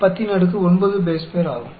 2 109 bp ஆகும்